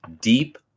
deep